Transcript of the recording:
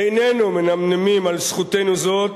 איננו מנמנמים על זכותנו זאת,